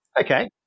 okay